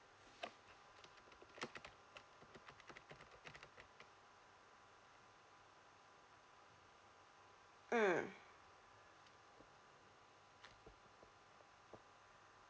mm